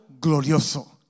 glorioso